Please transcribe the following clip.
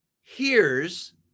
hears